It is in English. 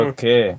Okay